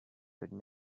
could